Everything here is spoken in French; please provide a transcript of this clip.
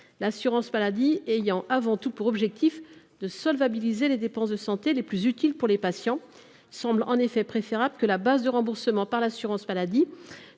L’assurance maladie ayant avant tout pour objectif de solvabiliser les dépenses de santé les plus utiles pour les patients, il paraît en effet préférable que la base de remboursement par l’assurance maladie